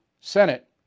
Senate